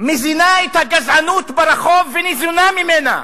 מזינה את הגזענות ברחוב וניזונה ממנה.